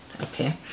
okay